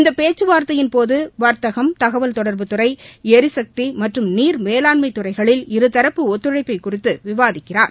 இந்த பேச்சுவார்த்தையின்போது வர்த்தகம் தகவல் தொடர்புத்துறை எரிசக்தி மற்றும் நீர் மேலாண்மை துறைகளில் இருதரப்பு ஒத்துழைப்பு குறித்து விவாதிக்கிறார்